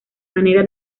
manera